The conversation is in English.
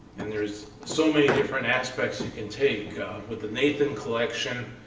and there's so many different aspects you can take with the nathan collection.